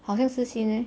好像是 scene leh